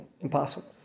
impossible